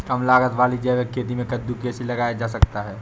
कम लागत वाली जैविक खेती में कद्दू कैसे लगाया जा सकता है?